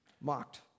Mocked